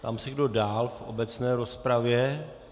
Ptám se, kdo dál v obecné rozpravě.